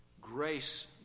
Grace